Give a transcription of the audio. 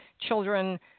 children –